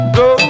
go